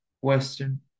Western